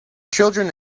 children